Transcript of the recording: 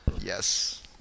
Yes